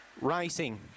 Racing